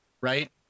Right